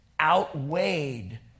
outweighed